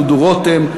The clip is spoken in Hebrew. דודו רותם,